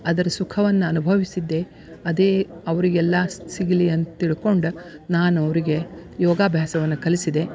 ಅದರ ಸುಖವನ್ನು ಅನುಭವಿಸಿದ್ದೆ ಅದೇ ಅವ್ರಿಗೆಲ್ಲ ಸಿಗಲಿ ಅಂತ ತಿಳ್ಕೊಂಡು ನಾನು ಅವರಿಗೆ ಯೋಗಾಭ್ಯಾಸವನ್ನು ಕಲಿಸಿದೆ